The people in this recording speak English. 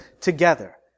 together